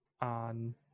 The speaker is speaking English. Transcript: on